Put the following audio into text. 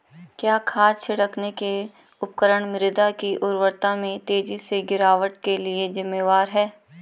क्या खाद छिड़कने के उपकरण मृदा की उर्वरता में तेजी से गिरावट के लिए जिम्मेवार हैं?